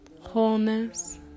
wholeness